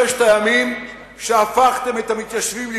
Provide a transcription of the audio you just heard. השוואה, בשנת 2006